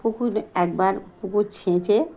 পুকুর একবার পুকুর ছেঁচে